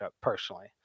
personally